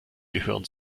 gehören